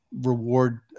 reward